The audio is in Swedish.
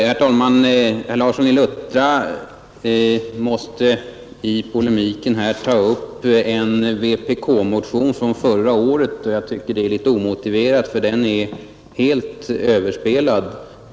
Herr talman! Herr Larsson i Luttra måste i polemiken här ta upp en vpk-motion förra året. Jag tycker att det är litet omotiverat, eftersom den är helt överspelad.